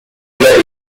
إلى